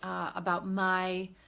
about my